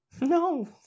No